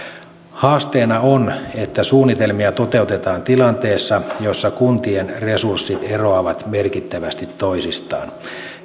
haasteena on että suunnitelmia toteutetaan tilanteessa jossa kuntien resurssit eroavat merkittävästi toisistaan